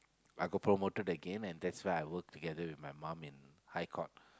I got promoted again and that's where I work together with my mum in High Court